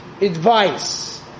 Advice